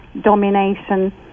domination